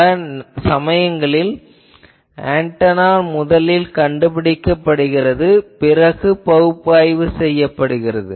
பல சமயங்களில் ஆன்டெனா முதலில் கண்டுபிடிக்கப்படுகிறது பின்னர் பகுப்பாய்வு செய்யப்படுகிறது